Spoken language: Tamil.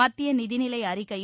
மத்திய நிதிநிலை அறிக்கையில்